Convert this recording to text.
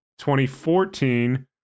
2014